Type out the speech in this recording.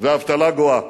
ואבטלה גואה.